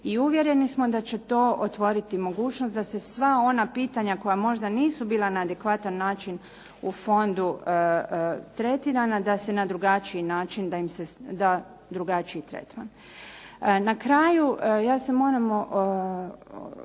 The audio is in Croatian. I uvjereni smo da će to otvoriti mogućnost da se sva ona pitanja koja možda nisu bila na adekvatan način u fondu tretirana da se na drugačiji način da drugačiji tretman. Na kraju ja se moram